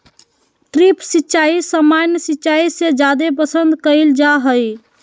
drip सिंचाई सामान्य सिंचाई से जादे पसंद कईल जा हई